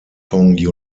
kong